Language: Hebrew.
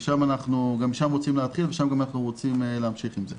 ושם אנחנו רוצים להתחיל וגם להמשיך עם זה.